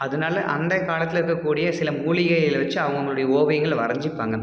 அதனால் அந்த காலத்தில் இருக்கக்கூடிய சில மூலிகைகளை வெச்சு அவுங்கவங்களுடைய ஓவியங்களை வரைஞ்சுப்பாங்க